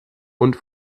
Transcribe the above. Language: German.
und